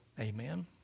Amen